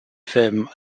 film